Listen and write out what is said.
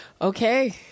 Okay